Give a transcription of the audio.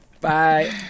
Bye